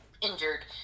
injured